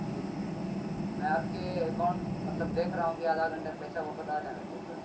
جی میں آپ کے اکاؤنٹ مطلب دیکھ رہا ہوں کہ آدھا گھنٹہ میں پیسہ واپس آ جانا چاہیے سر